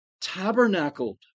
tabernacled